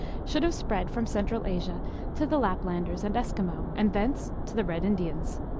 should have spread from central asia to the lapland ers and eskimo, and thence to the red indians.